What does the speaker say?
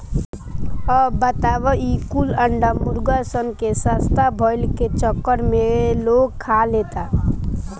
अब बताव ई कुल अंडा मुर्गा सन के सस्ता भईला के चक्कर में लोग खा लेता